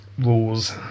Rules